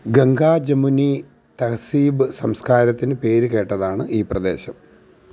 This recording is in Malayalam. ഗംഗാ ജമുനി തെഹ്സീബ് സംസ്കാരത്തിന് പേരുകേട്ടതാണ് ഈ പ്രദേശം